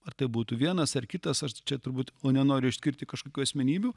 ar tai būtų vienas ar kitas ar čia turbūt o nenoriu išskirti kažkokių asmenybių